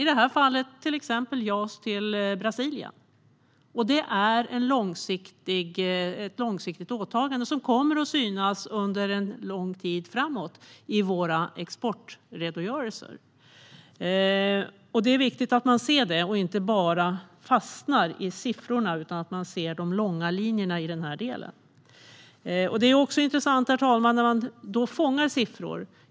I detta fall handlar det till exempel om JAS till Brasilien. Det är ett långsiktigt åtagande som kommer att synas i våra exportredogörelser under lång tid framöver. Det är viktigt att man ser det här och inte bara fastnar i siffrorna utan kan se de långa linjerna i denna del. Herr talman!